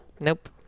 Nope